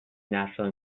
natural